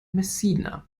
messina